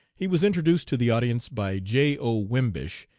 he was introduced to the audience by j. o. wimbish,